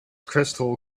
crystal